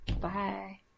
Bye